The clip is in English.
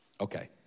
okay